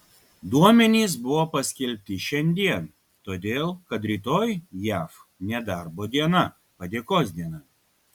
duomenys buvo paskelbti šiandien todėl kad rytoj jav nedarbo diena padėkos diena